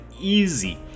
easy